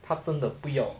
他真的不要